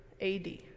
AD